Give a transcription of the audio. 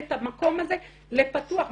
את המקום הזה לפתוח,